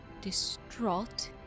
distraught